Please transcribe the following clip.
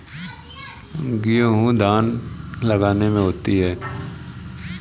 काली मिट्टी का उपयोग कैसे करें और कौन सी फसल बोने में इसका उपयोग किया जाता है?